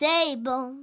Table